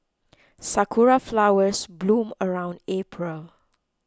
sakura flowers bloom around April